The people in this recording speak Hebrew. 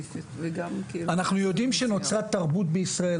אנחנו יודעים שנוצרה תרבות בישראל,